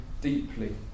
deeply